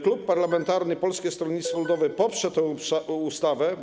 Klub parlamentarny Polskie Stronnictwo Ludowe poprze tę ustawę.